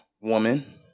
woman